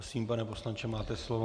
Prosím, pane poslanče, máte slovo.